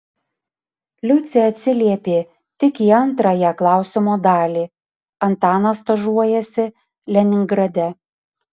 liucė atsiliepė tik į antrąją klausimo dalį antanas stažuojasi leningrade